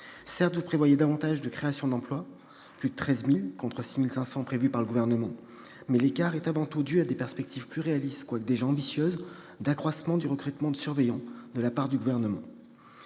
Certes, vous prévoyez davantage de créations d'emplois- plus de 13 000 contre 6 500 prévus par le Gouvernement -, mais l'écart est avant tout dû à des perspectives plus réalistes, quoique déjà ambitieuses, d'accroissement des recrutements de surveillants de la part du Gouvernement.